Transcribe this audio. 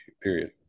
period